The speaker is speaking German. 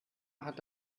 hatte